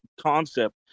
concept